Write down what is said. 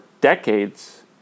decades